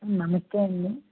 నమస్తే అండి